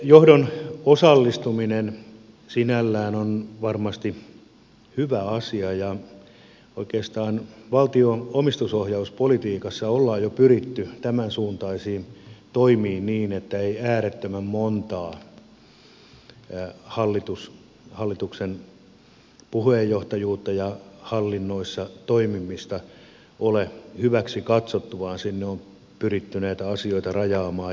johdon osallistuminen sinällään on varmasti hyvä asia ja oikeastaan valtion omistusohjauspolitiikassa ollaan jo pyritty tämän suuntaisiin toimiin niin että ei äärettömän montaa hallituksen puheenjohtajuutta ja hallinnoissa toimimista ole hyväksi katsottu vaan on pyritty näitä asioita rajaamaan